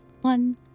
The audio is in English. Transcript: one